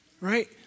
Right